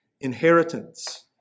inheritance